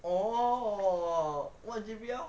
oh what J_B_L